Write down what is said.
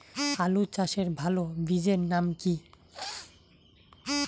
আলু চাষের ভালো বীজের নাম কি?